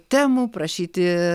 temų prašyti